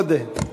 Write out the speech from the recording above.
עוֹדֵה.